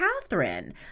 Catherine